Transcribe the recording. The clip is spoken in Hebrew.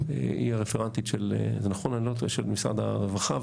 היא הרפרנטית של משרד הרווחה,